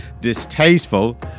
distasteful